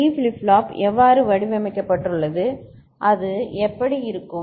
D flip flop எவ்வாறு வடிவமைக்கப்பட்டுள்ளது அது எப்படி இருக்கும்